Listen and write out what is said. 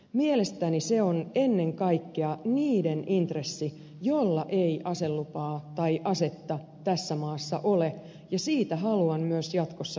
mielestäni se on ennen kaikkea niiden intressi joilla ei aselupaa tai asetta tässä maassa ole ja siitä haluan myös jatkossa pitää kiinni